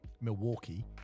Milwaukee